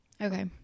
Okay